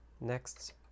Next